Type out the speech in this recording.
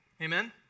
Amen